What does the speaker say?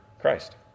Christ